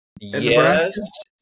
Yes